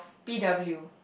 P W